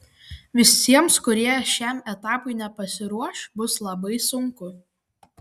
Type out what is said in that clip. visiems kurie šiam etapui nepasiruoš bus labai sunku